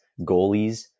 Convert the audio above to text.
goalies